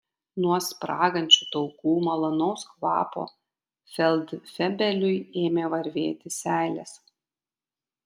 nuo spragančių taukų malonaus kvapo feldfebeliui ėmė varvėti seilės